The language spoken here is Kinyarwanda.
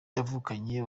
yavukanye